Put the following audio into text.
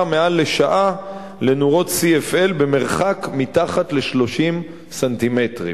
במשך יותר משעה לנורות CFL במרחק שפחות מ-30 סנטימטרים.